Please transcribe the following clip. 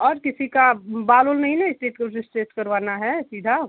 और किसी का बाल ओल नहीं ना इस्टेट ओ स्टेट करवाना है सीधा